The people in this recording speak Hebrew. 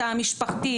התא המשפחתי,